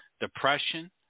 depression